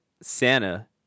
Santa